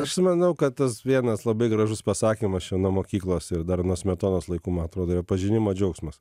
aš tai manau kad tas vienas labai gražus pasakymas čia nuo mokyklos ir dar nuo smetonos laikų man atrodo yra pažinimo džiaugsmas